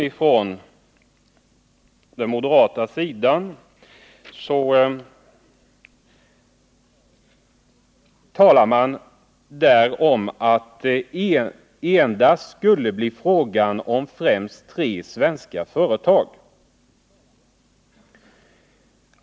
I den moderata reservationen sägs att det endast skulle bli fråga om främst tre svenska företag.